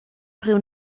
priu